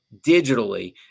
digitally